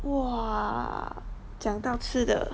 !wah! 讲到吃的